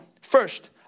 First